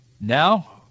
Now